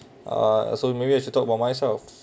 ah so maybe I should talk about myself